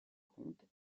comptes